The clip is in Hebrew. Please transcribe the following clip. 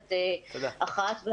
מערכת אחת.